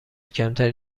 کمتری